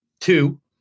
Two